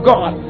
God